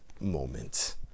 moment